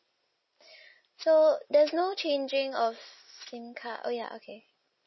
so there's no changing of SIM card oh ya okay